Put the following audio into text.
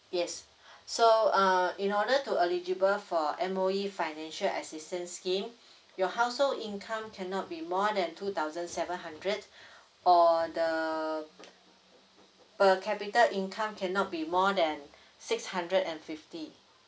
yes so uh in order to eligible for M_O_E financial assistance scheme your household income cannot be more than two thousand seven hundred or the per capita income cannot be more than six hundred and fifty